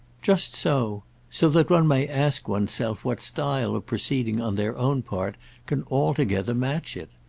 just so so that one may ask one's self what style of proceeding on their own part can altogether match it.